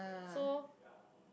so